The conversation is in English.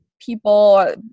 people